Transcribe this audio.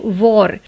war